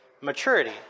maturity